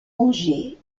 angers